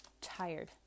tired